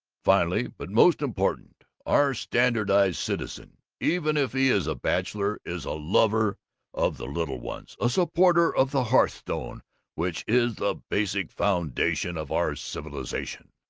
finally, but most important, our standardized citizen, even if he is a bachelor, is a lover of the little ones, a supporter of the hearthstone which is the basic foundation of our civilization,